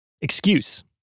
Excuse